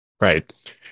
right